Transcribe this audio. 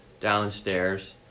downstairs